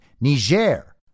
Niger